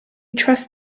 trust